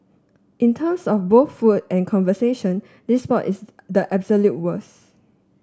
in terms of both food and conversation this spot is the absolute worst